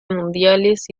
mundiales